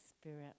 spirit